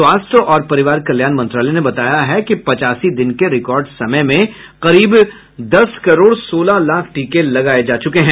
स्वास्थ्य और परिवार कल्याण मंत्रालय ने बताया है कि पचासी दिन के रिकार्ड समय में करीब दस करोड सोलह लाख टीके लगाए जा चुके हैं